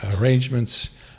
arrangements